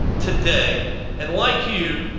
today and like you,